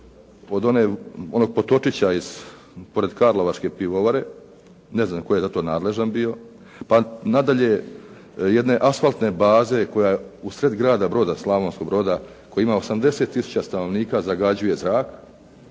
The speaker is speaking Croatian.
od onog potočića pored Karlovačke pivovare ne znam tko je za to nadležan bio, pa nadalje jedne asfaltne baze koja je usred grada Broda, Slavonskog Broda koji ima 80 tisuća stanovnika zagađuje zrak